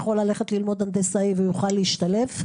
יכול ללכת ללמוד הנדסאי והוא יוכל להשתלב?